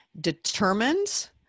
determined